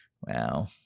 Wow